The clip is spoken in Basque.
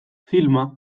filma